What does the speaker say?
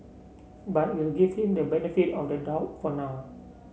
but we'll give him the benefit on the doubt for now